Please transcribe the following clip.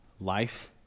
life